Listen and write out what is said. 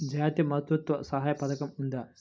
జాతీయ మాతృత్వ సహాయ పథకం ఉందా?